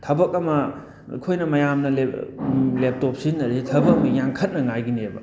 ꯊꯕꯛ ꯑꯃ ꯑꯩꯈꯣꯏꯅ ꯃꯌꯥꯝꯅ ꯂꯦꯞꯇꯣꯞ ꯁꯤꯖꯤꯟꯅꯔꯤꯁꯦ ꯊꯕꯛꯇꯣ ꯌꯥꯡꯈꯠꯅꯉꯥꯏꯒꯤꯅꯦꯕ